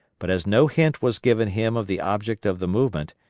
but as no hint was given him of the object of the movement,